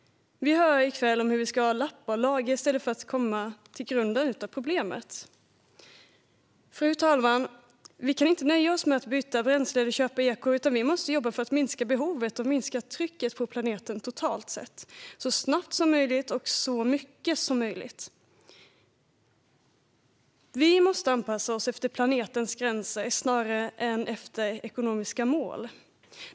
Vi hör om hur man ska lappa och laga i stället för att ta itu med grunden till problemet. Fru talman! Vi kan inte nöja oss med att byta bränsle eller köpa eko, utan vi måste jobba för att minska behovet och för att minska trycket på planeten totalt sett så snabbt som möjligt och så mycket som möjligt. Vi måste anpassa oss efter planetens gränser snarare än efter ekonomiska mål.